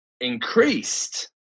increased